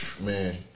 man